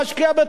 הרווחה,